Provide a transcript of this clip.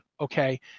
okay